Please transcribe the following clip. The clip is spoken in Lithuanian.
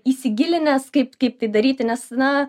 įsigilinęs kaip kaip tai daryti nes na